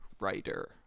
writer